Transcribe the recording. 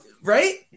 right